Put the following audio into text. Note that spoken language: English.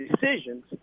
decisions